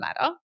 matter